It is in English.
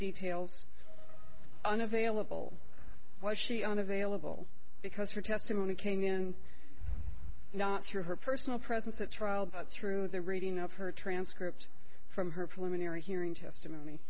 details unavailable why she unavailable because her testimony came in not through her personal presence at trial but through the reading of her transcript from her preliminary hearing testimony